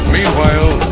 Meanwhile